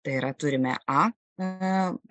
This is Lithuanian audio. tai yra turime a